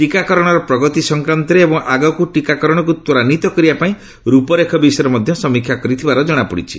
ଟିକାକରଣର ପ୍ରଗତି ସଂକ୍ରାନ୍ତରେ ଏବଂ ଆଗକୁ ଟିକାକରଣକୁ ତ୍ୱରାନ୍ୱିତ କରିବା ପାଇଁ ର୍ଚପରେଖ ବିଷୟରେ ମଧ୍ୟ ସେ ସମୀକ୍ଷା କରିଥିବାର ଜଣାପଡ଼ିଛି